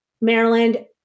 Maryland